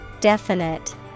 Definite